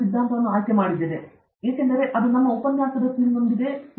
ಹಾಗಾಗಿ ನಾನು ಇದನ್ನು ಆಯ್ಕೆಮಾಡಿದ್ದೇನೆ ಏಕೆಂದರೆ ಈ ಉಪನ್ಯಾಸದ ಥೀಮ್ನೊಂದಿಗೆ ಅದು ತುಂಬಾ ಮೃದುವಾಗಿರುತ್ತದೆ